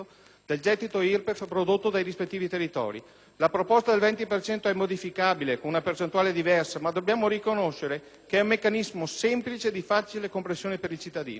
del gettito IRPEF prodotto dai rispettivi territori. La proposta del 20 per cento è modificabile, con una percentuale diversa, ma dobbiamo riconoscere che è un meccanismo semplice e di facile comprensione per il cittadino.